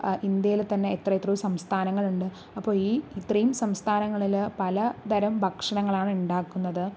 ഇന്ത്യയിൽ തന്നെ എത്ര എത്രയോ സംസ്ഥാനങ്ങൾ ഉണ്ട് അപ്പോൾ ഈ ഇത്രയും സംസ്ഥാനങ്ങളില് പല തരം ഭക്ഷണങ്ങളാണ് ഉണ്ടാക്കുന്നത്